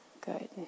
Good